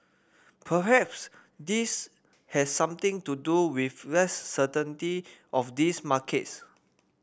perhaps this has something to do with less certainty of these markets